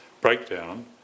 breakdown